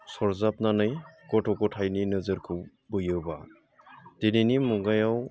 सरजाबनानै गथ' गथायनि नोजोरखौ बोयोब्ला दिनैनि मुगायाव